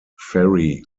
ferry